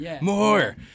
More